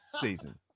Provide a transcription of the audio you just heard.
season